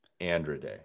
Andrade